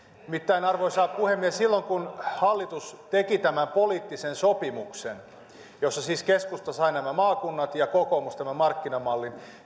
nimittäin arvoisa puhemies silloin kun hallitus teki tämän poliittisen sopimuksen jossa siis keskusta sai nämä maakunnat ja kokoomus tämän markkinamallin